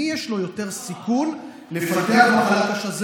מי יש לו יותר סיכון לפתח מחלה קשה.